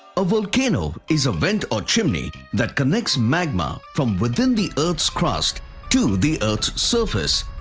a volcano is a vent or chimney that connects magma from within the earth's crust to the earth's surface.